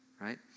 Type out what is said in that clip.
right